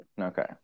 Okay